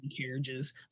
carriages